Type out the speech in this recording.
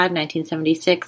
1976